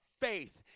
Faith